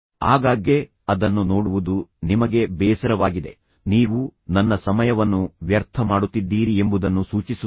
ಆಗಾಗ್ಗೆ ಅದನ್ನು ನೋಡುವುದು ನಿಮಗೆ ಬೇಸರವಾಗಿದೆ ನೀವು ನನ್ನ ಸಮಯವನ್ನು ವ್ಯರ್ಥ ಮಾಡುತ್ತಿದ್ದೀರಿ ಎಂಬುದನ್ನು ಸೂಚಿಸುತ್ತದೆ